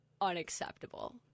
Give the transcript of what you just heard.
unacceptable